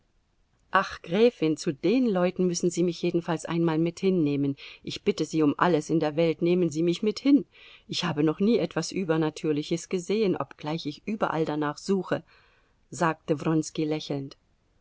ach gräfin zu den leuten müssen sie mich jedenfalls einmal mit hinnehmen ich bitte sie um alles in der welt nehmen sie mich mit hin ich habe noch nie etwas übernatürliches gesehen obgleich ich überall danach suche sagte wronski lächelnd